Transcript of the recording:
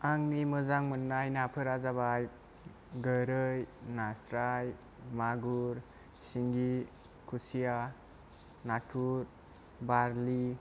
आंनि मोजां मोननाय नाफोरा जाबाय गोरै नास्राय मागुर सिंगि खुसिया नाथुर बारलि